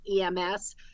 EMS